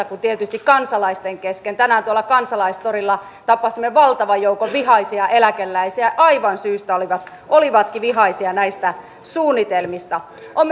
kuin tietysti kansalaisten kesken tänään tuolla kansalaistorilla tapasimme valtavan joukon vihaisia eläkeläisiä aivan syystä olivatkin vihaisia näistä suunnitelmista on